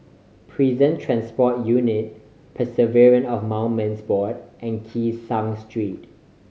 Prison Transport Unit Preservation of Monuments Board and Kee Seng Street